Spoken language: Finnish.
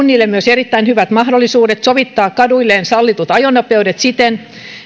erittäin hyvät mahdollisuudet sovittaa kaduilleen sallitut ajonopeudet siten